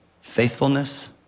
Faithfulness